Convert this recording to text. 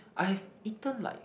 I've eaten like